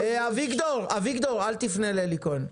אביגדור, אל תפנה לאלי כהן.